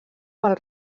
pel